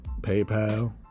PayPal